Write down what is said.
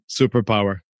superpower